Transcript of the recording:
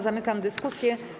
Zamykam dyskusję.